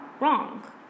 wrong